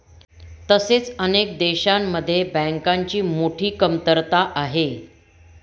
तसेच अनेक देशांमध्ये बँकांची मोठी कमतरता आहे